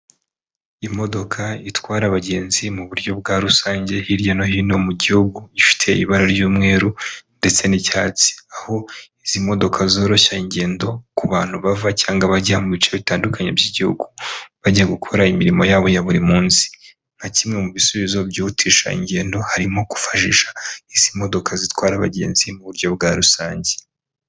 Imodoka itwara abagenzi mu buryo bwa rusange, hirya no hino mu gihugu, ifite ibara ry'umweru ndetse n'icyatsi, aho izi modoka zoroshya ingendo ku bantu bava cyangwa bajya mu bice bitandukanye by'igihugu, bajya gukora imirimo yabo ya buri munsi. Nka kimwe mu bisubizo byihutisha ingendo, harimo gufashisha izi modoka zitwara abagenzi mu buryo bwa rusange.